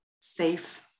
safe